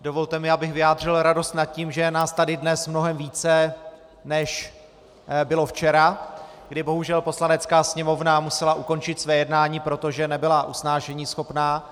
Dovolte mi, abych vyjádřil radost nad tím, že je nás tady dnes mnohem více, než bylo včera, kdy bohužel Poslanecká sněmovna musela ukončit své jednání, protože nebyla usnášeníschopná.